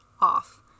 off